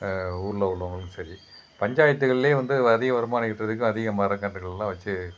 ஊரில் உள்ளவங்களும் சரி பஞ்சாயத்துகளில் வந்து அதிக வருமானம் ஈட்டுறதுக்கு அதிக மரக்கன்றுகள்லாம் வச்சு